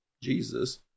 Jesus